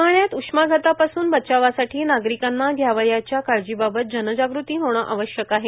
उन्हाळयात उष्माघातापासून बचावासाठी नागरिकांना घ्यावयाच्या काळजीबाबत जनजाग़ती होणे आवश्यक आहे